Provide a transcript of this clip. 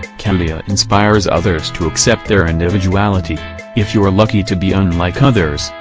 khoudia inspires others to accept their individuality if you're lucky to be unlike others,